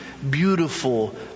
beautiful